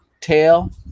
tail